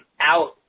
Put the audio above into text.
out